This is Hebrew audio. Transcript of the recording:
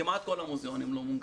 כמעט כל המוזיאונים לא מונגשים,